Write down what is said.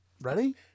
Ready